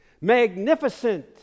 magnificent